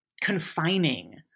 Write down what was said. confining